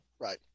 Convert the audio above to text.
right